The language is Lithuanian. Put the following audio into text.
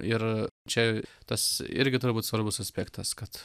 ir čia tas irgi turbūt svarbus aspektas kad